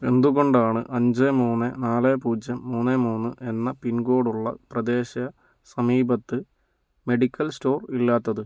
എന്തുകൊണ്ടാണ് അഞ്ച് മൂന്ന് നാല് പൂജ്യം മൂന്ന് മൂന്ന് എന്ന പിൻകോഡ് ഉള്ള പ്രദേശ സമീപത്ത് മെഡിക്കൽ സ്റ്റോർ ഇല്ലാത്തത്